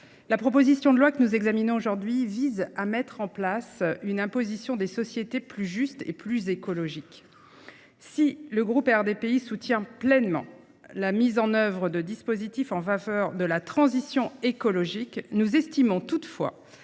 la proposition de loi que nous examinons aujourd’hui vise à mettre en place une imposition des sociétés plus juste et plus écologique. Si le groupe RDPI soutient pleinement la mise en œuvre de dispositifs en faveur de la transition écologique, nous estimons qu’il